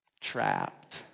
trapped